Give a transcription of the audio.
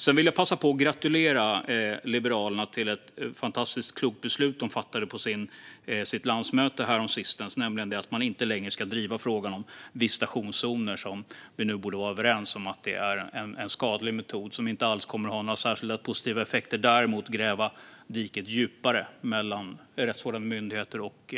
Sedan vill jag passa på att gratulera Liberalerna till ett fantastiskt klokt beslut som de fattade på sitt landsmöte häromsistens om att man inte längre ska driva frågan om visitationszoner, som vi nu borde vara överens om är en skadlig metod som inte alls kommer att ha några särskilt positiva effekter utan däremot gräva diket djupare mellan rättsvårdande myndigheter och